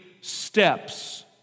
steps